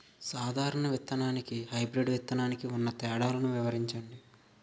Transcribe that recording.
సాధారణ విత్తననికి, హైబ్రిడ్ విత్తనానికి ఉన్న తేడాలను వివరించండి?